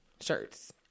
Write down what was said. shirts